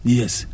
yes